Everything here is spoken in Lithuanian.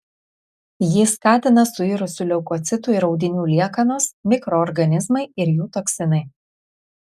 jį skatina suirusių leukocitų ir audinių liekanos mikroorganizmai ir jų toksinai